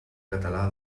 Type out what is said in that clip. català